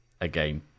again